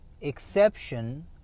exception